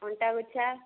ଅଣ୍ଟାବିଛା